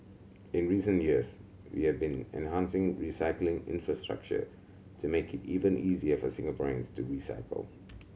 in recent years we have been enhancing recycling infrastructure to make it even easier for Singaporeans to recycle